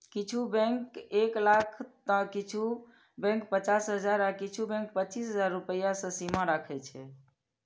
किछु बैंक एक लाख तं किछु बैंक पचास हजार आ किछु बैंक पच्चीस हजार रुपैया के सीमा राखै छै